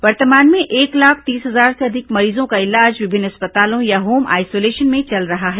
वर्तमान में एक लाख तीस हजार से अधिक मरीजों का इलाज विभिन्न अस्पतालों या होम आइसोलेशन में चल रहा है